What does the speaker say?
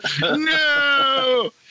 No